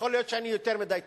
יכול להיות שאני יותר מדי תמים,